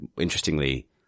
interestingly